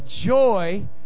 joy